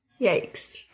Yikes